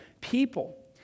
people